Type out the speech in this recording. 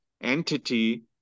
entity